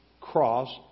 cross